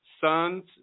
son's